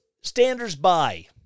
standers-by